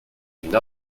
d’une